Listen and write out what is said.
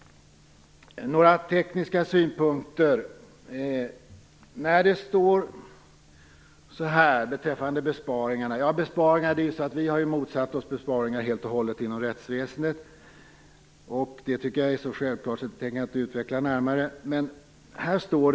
Jag har också några tekniska synpunkter. Vi har ju motsatt oss besparingar helt och hållet inom rättsväsendet, och det tycker jag är så självklart att jag inte tänker utveckla det närmare.